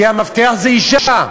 כי המפתח הוא אישה.